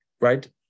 right